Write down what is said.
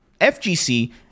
FGC